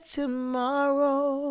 tomorrow